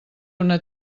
una